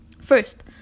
First